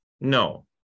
No